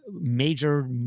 major